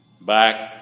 Back